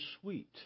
sweet